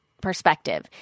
perspective